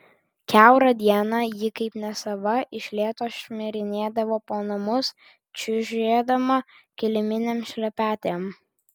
kiaurą dieną ji kaip nesava iš lėto šmirinėdavo po namus čiužėdama kiliminėm šlepetėm